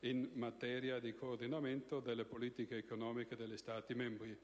in materia di coordinamento delle politiche economiche degli Stati membri.